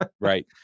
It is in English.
right